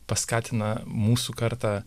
paskatina mūsų kartą